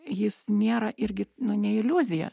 jis nėra irgi ne iliuzija